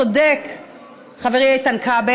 צודק חברי איתן כבל,